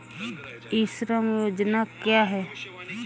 ई श्रम योजना क्या है?